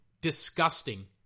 disgusting